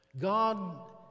God